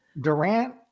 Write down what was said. Durant